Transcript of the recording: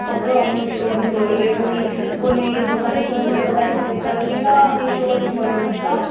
कपडे व मिशोवरुन बोलवले कोणी कोणी दुकानात जाऊन स्वतः घेतले तर मी तर मिशोवरून बोलवलं होतं